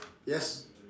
yes